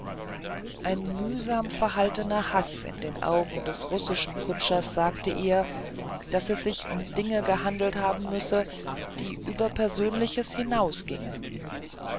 ein mühsam verhaltener haß in den augen des russischen kutschers sagte ihr daß es sich um dinge gehandelt haben müsse die über persönliches